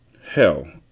Hell